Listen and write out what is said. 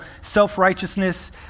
self-righteousness